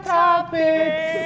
topics